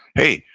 hey,